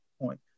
point